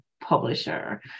publisher